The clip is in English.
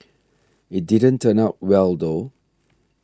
it didn't turn out well though